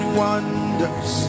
wonders